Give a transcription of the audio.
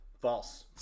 False